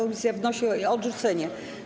Komisja wnosi o jej odrzucenie.